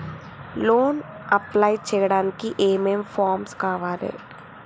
Loan apply చేయడానికి ఏం ఏం ఫామ్స్ కావాలే?